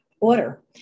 order